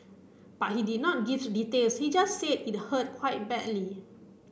but he did not gives details he just said it hurt quite badly